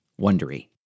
Wondery